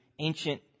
ancient